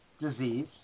disease